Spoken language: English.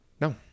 No